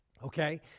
okay